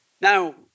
Now